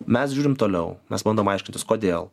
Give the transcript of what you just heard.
mes žiūrim toliau mes bandom aiškintis kodėl